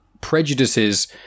prejudices